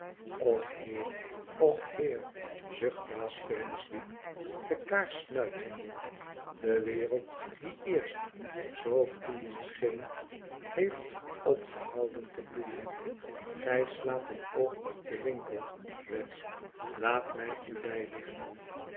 och heer och heer zucht baas venus diep de kaars snuitende de wereld die eerst zoo bloeiend scheen heeft opgehouden te bloeien l gij slaat een oog op den winkel wegg laat mij u bijlichten